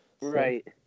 right